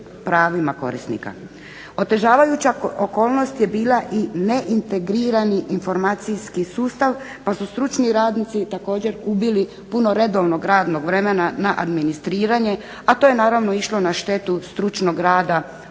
Otežavajuća okolnost je bila i neintegrirani informacijski sustav pa su stručni radnici također gubili puno redovnog radnog vremena na administriranje, a to je naravno išlo na štetu stručnog rada upravo